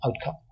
outcome